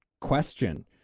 question